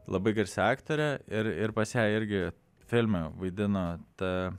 labai garsi aktorė ir ir pas ją irgi filme vaidina ta